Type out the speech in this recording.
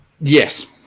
Yes